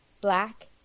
black